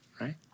right